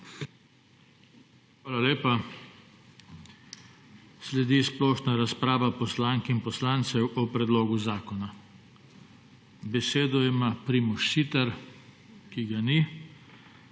Hvala lepa. Sledi splošna razprava poslank in poslancev o predlogu zakona. Besedo ima Primož Siter, ki ga ni.